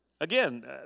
Again